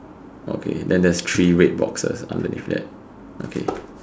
okay then there's three red boxes underneath there okay